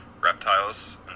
reptiles